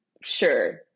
Sure